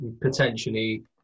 potentially